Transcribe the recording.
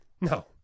no